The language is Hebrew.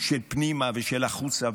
של פנימה ושל החוצה.